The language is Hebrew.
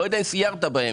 לא יודע אם סיירת בה.